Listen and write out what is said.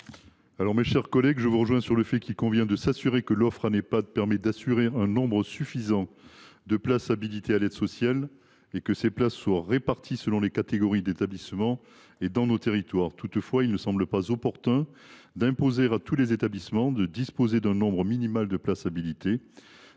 ? Mes chères collègues, je vous rejoins sur la nécessité de s’assurer que les Ehpad proposent un nombre suffisant de places habilitées à l’aide sociale et que ces places soient réparties selon les catégories d’établissement et dans nos territoires. Toutefois, il ne semble pas opportun d’imposer à tous les établissements de disposer d’un nombre minimal de places habilitées.